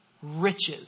Riches